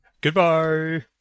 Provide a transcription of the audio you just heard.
Goodbye